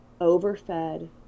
overfed